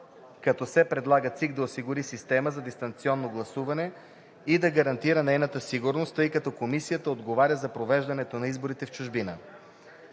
като се предлага ЦИК да осигури системата за дистанционно гласуване и да гарантира нейната сигурност, тъй като комисията отговаря за провеждането на изборите в чужбина.